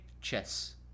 chess